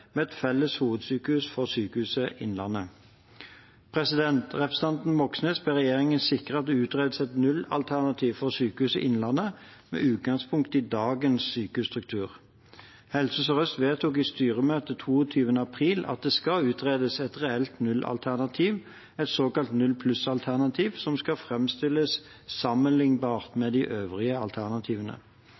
med et felles hovedsykehus for Sykehuset Innlandet. Representanten Moxnes ber regjeringen sikre at det utredes et nullalternativ for Sykehuset Innlandet med utgangspunkt i dagens sykehusstruktur. Helse Sør-Øst vedtok i styremøtet 22. april at det skal utredes et reelt nullalternativ, et såkalt null-pluss-alternativ, som skal framstilles sammenlignbart med de øvrige alternativene.